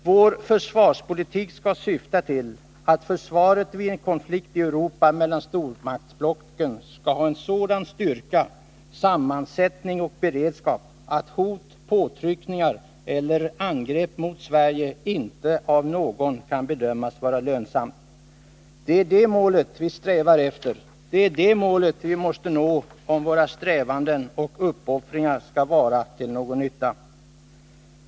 Vår försvarspolitik skall syfta till att försvaret vid en konflikt i Europa mellan stormaktsblocken skall ha en sådan styrka, sammansättning och beredskap att hot mot, påtryckningar på eller angrepp mot Sverige inte av någon kan bedömas vara lönsamt. Det är det målet vi strävar efter. Det är det målet vi måste nå, om våra strävanden och uppoffringar skall vara till någon nytta.